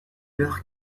leur